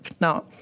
now